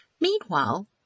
Meanwhile